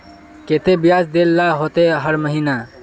केते बियाज देल ला होते हर महीने?